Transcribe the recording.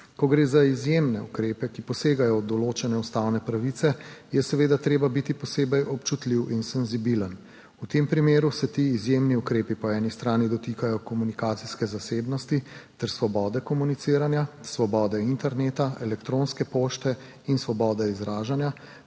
Ko gre za izjemne ukrepe, ki posegajo v določene ustavne pravice, je seveda treba biti posebej občutljiv in senzibilen. V tem primeru se ti izjemni ukrepi po eni strani dotikajo komunikacijske zasebnosti ter svobode komuniciranja, svobode interneta, elektronske pošte in svobode izražanja,